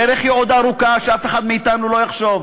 הדרך היא עוד ארוכה, שאף אחד מאתנו לא יחשוב,